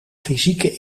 fysieke